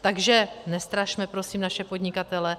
Takže nestrašme prosím naše podnikatele.